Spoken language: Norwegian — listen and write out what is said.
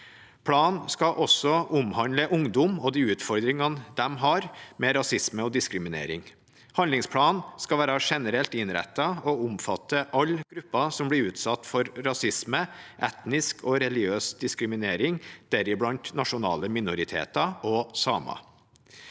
Planen skal også omhandle ungdom og de utfordringene de har med rasisme og diskriminering. Handlingsplanen skal være generelt innrettet og omfatte alle grupper som blir utsatt for rasisme og etnisk og religiøs diskriminering, deriblant nasjonale minoriteter og samer.